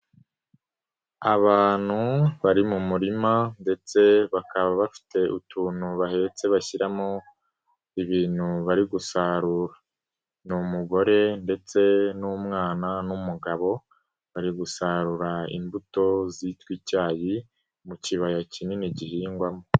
Abantu bari mu murima ndetse bakaba bafite utuntu bahetse bashyiramo ibintu bari gusarura ni umugore ndetse n'umwana n'umugabo bari gusarura imbuto zitwa icyayi mu kibaya kinini gihingwamo.